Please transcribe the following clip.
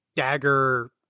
Dagger